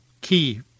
key